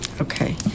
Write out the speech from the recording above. Okay